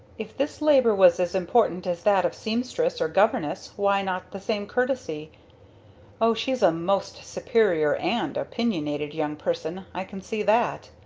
if this labor was as important as that of seamstress or governess why not the same courtesy oh she's a most superior and opinionated young person, i can see that.